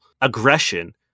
aggression